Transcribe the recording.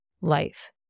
life